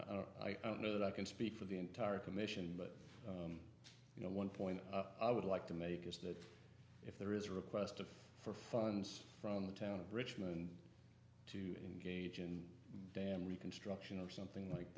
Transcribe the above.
know i don't know that i can speak for the entire commission but you know one point i would like to make is that if there is a request for funds from the town of richmond to engage in dam reconstruction or something like